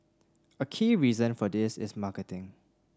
a key reason for this is marketing